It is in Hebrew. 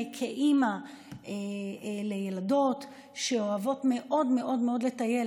כאימא לילדות שאוהבות מאוד מאוד לטייל,